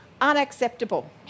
unacceptable